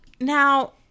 now